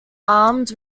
armed